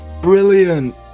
Brilliant